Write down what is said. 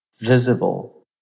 visible